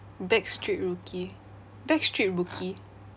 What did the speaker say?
backstreet rookie backstreet rookie